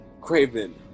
Craven